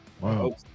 Wow